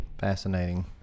fascinating